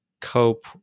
cope